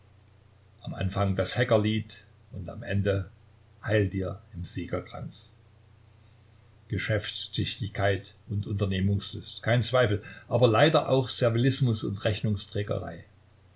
am anfang das heckerlied und am ende heil dir im siegerkranz geschäftstüchtigkeit und unternehmungslust kein zweifel aber leider auch servilismus und